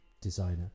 designer